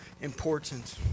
important